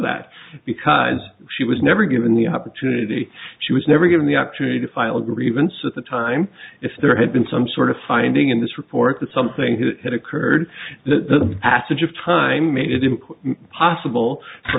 that because she was never given the opportunity she was never given the opportunity to file a grievance at the time if there had been some sort of finding in this report that something who had occurred the passage of time